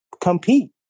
compete